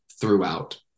throughout